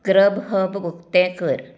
Grubhub उकतें कर